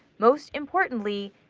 most importantly,